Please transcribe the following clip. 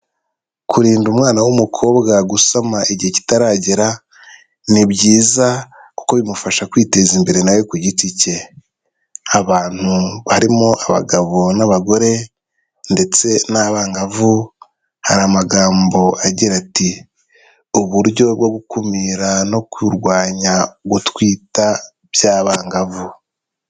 Kurinda umwana w'umukobwa gusama igihe kitaragera, ni byiza kuko bimufasha kwiteza imbere nawe ku giti cye, abantu barimo abagabo n'abagore ndetse n'abangavu, hari amagambo agira ati, uburyo bwo gukumira no kurwanya gutwita by'abangavu.